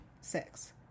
six